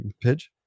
Pidge